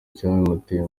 icyabimuteye